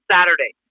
Saturday